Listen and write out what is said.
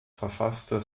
verfasste